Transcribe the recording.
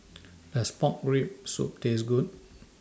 Does Pork Rib Soup Taste Good